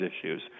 issues